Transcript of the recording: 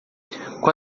qual